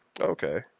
Okay